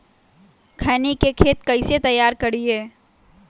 खैनी के खेत कइसे तैयार करिए?